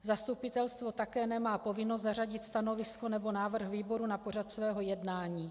Zastupitelstvo také nemá povinnost zařadit stanovisko nebo návrh výboru na pořad svého jednání.